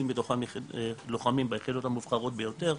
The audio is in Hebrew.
מתוכם לוחמים ביחידות המובחרות ביותר.